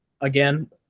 again